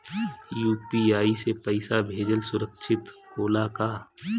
UPI से पैसा भेजल सुरक्षित होला का?